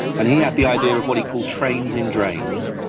and he had the idea of what he called trains in drains,